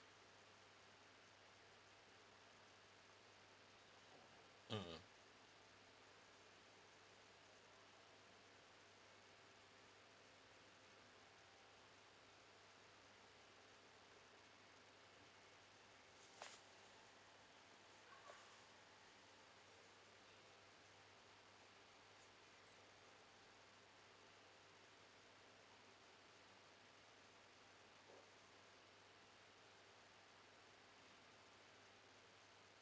mmhmm